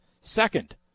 second